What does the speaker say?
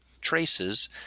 traces